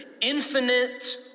infinite